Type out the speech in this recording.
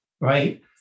right